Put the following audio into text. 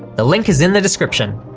the link is in the description.